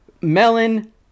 melon